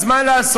אז מה לעשות?